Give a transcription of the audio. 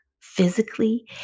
physically